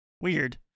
weird